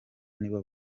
nibo